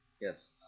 Yes